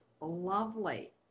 lovely